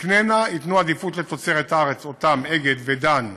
ייתנו עדיפות לתוצרת הארץ, אותן "אגד" ו"דן",